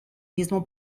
mismo